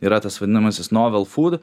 yra tas vadinamasis novelfūd